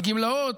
וגמלאות,